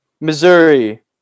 Missouri